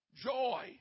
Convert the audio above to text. Joy